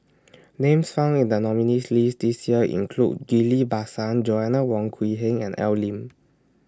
Names found in The nominees' list This Year include Ghillie BaSan Joanna Wong Quee Heng and Al Lim